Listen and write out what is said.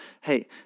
Hey